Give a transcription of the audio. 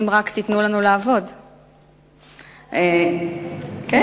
אם רק תיתנו לנו לעבוד, אנחנו נותנים לך לעבוד.